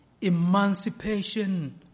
emancipation